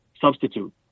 substitute